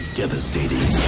devastating